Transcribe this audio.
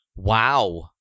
Wow